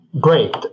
Great